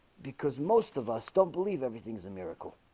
because most of us don't believe everything is a miracle